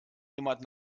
jemand